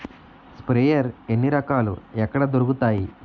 Sprayer ఎన్ని రకాలు? ఎక్కడ దొరుకుతాయి?